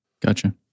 Gotcha